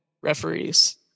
referees